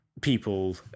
people